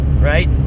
right